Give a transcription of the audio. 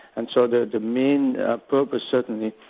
and so the the main purpose suddenly,